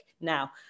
now